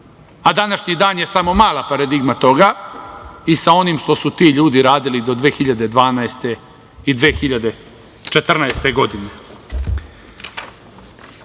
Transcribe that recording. a današnji dan je samo mala paradigma toga i sa onim što su ti ljudi radili do 2012. i 2014. godine. Samim